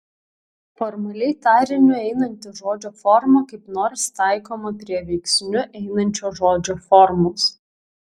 formaliai tariniu einanti žodžio forma kaip nors taikoma prie veiksniu einančios žodžio formos